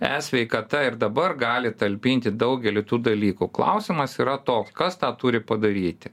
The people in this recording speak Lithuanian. e sveikata ir dabar gali talpinti daugelį tų dalykų klausimas yra to kas tą turi padaryti